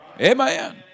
Amen